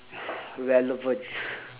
relevant